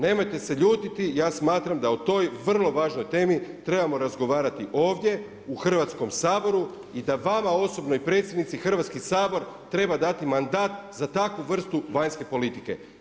Nemojte se ljutiti, ja smatram da o toj vrlo važnoj temi trebamo razgovarati ovdje u Hrvatskom saboru i da vama osobno i predsjednici Hrvatski sabor treba dati mandat za takvu vrstu vanjske politike.